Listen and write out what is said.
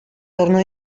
tornò